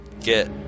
get